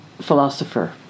philosopher